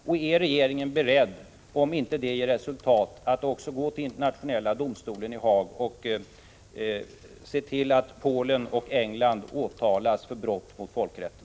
Och är regeringen beredd, om inte det ger resultat, att också gå till Internationella domstolen i Haag och se till att Polen och England åtalas för brott mot folkrätten?